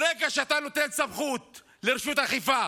ברגע שאתה נותן סמכות לרשות האכיפה